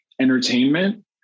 entertainment